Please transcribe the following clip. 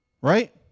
right